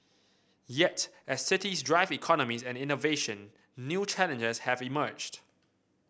yet as cities drive economies and innovation new challenges have emerged